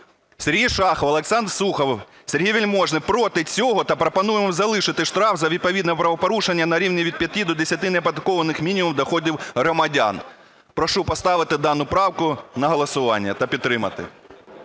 Сергій Шахов, Олександр Сухов, Сергій Вельможний проти цього та пропонуємо залишити штраф за відповідне правопорушення на рівні від 5 до 10 неоподаткованих мінімумів доходів громадян. Прошу поставити дану правку на голосування та підтримати.